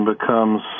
becomes